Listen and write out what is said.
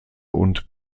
und